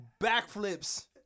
backflips